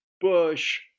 Bush